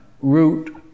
root